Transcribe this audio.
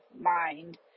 mind